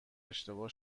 اشتباه